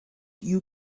you